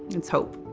it's hope.